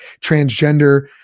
transgender